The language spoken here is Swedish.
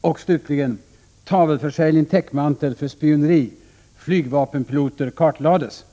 och slutligen ”Tavelförsäljning täckmantel för spioneri. Flygvapenpiloter kartlades”.